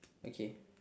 okay